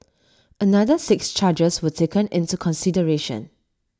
another six charges were taken into consideration